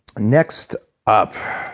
next up.